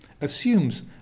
assumes